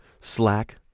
Slack